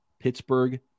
Pittsburgh